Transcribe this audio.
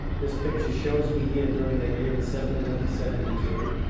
this picture shows me here during that year in seventy one to seventy two.